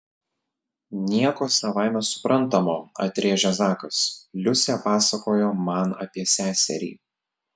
nieko savaime suprantamo atrėžė zakas liusė pasakojo man apie seserį